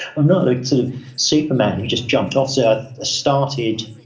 i'm not like sort of superman who just jumped off. so i started,